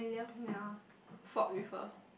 ya fought with her